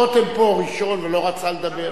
רותם פה ראשון ולא רצה לדבר.